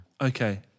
Okay